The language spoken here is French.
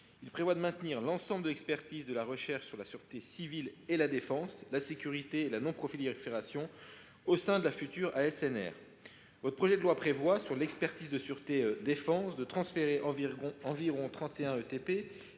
ainsi maintenir l’ensemble de l’expertise de la recherche sur la sûreté civile et la défense, la sécurité et la non prolifération au sein de la future ASNR. Votre projet de loi prévoit, sur l’expertise de sûreté défense, de transférer environ 31 ETP